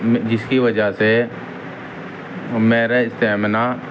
جس کی وجہ سے میرا اسٹیمناہ